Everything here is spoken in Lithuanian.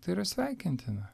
tai yra sveikintina